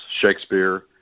Shakespeare